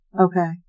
Okay